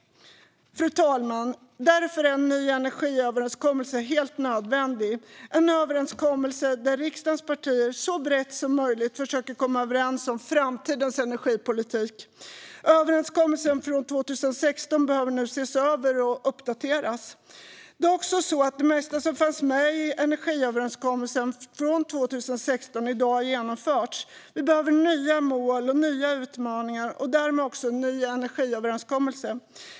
Fru talman! Därför är en ny energiöverenskommelse helt nödvändig - en överenskommelse där riksdagens partier så brett som möjligt försöker komma överens om framtidens energipolitik. Överenskommelsen från 2016 behöver nu ses över och uppdateras. Dessutom har det mesta som fanns med i energiöverenskommelsen från 2016 genomförts i dag. Vi behöver nya mål och utmaningar och därmed också en ny energiöverenskommelse.